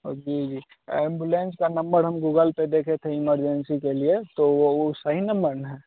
अभी ये एंबुलेंस का नम्बड़ हम गूगल पर देखे थे इमरजेंसी के लिए तो वो वो सही नम्मर न है